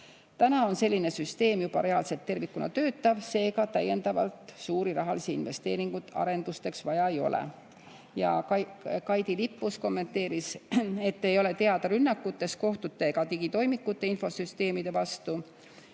Täna on selline süsteem juba reaalselt tervikuna töötav, seega täiendavalt suuri rahalisi investeeringuid arendusteks vaja ei ole. Kaidi Lippus kommenteeris, et ei ole teada rünnakutest kohtute ega digitoimikute infosüsteemide vastu